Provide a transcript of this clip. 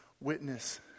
witness